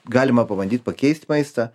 galima pabandyt pakeist maistą